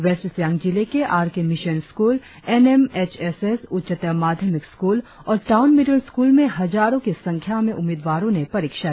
waste Siang जिले के R K mission school N M H S S उच्चतर माध्यमिक स्कूल और टाउन मीडिल स्कूल में हजारों की संख्या में उम्मीदवारों ने परीक्षा दिया